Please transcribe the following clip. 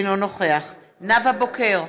אינו נוכח נאוה בוקר,